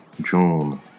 June